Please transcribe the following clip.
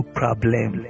problem